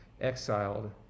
exiled